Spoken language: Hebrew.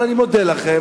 אבל אני מודה לכם,